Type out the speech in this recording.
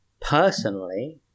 personally